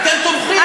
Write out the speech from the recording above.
אתם תומכים?